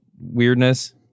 weirdness